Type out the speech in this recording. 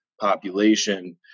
population